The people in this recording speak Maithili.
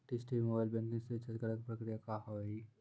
डिश टी.वी मोबाइल बैंकिंग से रिचार्ज करे के प्रक्रिया का हाव हई?